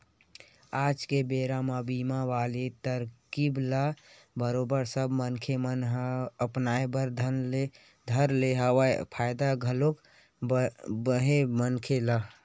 आज के बेरा म बीमा वाले तरकीब ल बरोबर सब मनखे मन ह अपनाय बर धर ले हवय फायदा घलोक बने हे मनखे ल